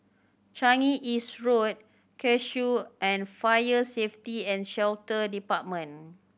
Changi East Road Cashew and Fire Safety And Shelter Department